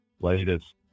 latest